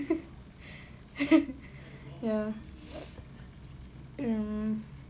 ya mm